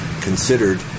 considered